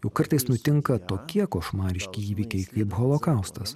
juk kartais nutinka tokie košmariški įvykiai kaip holokaustas